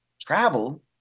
Travel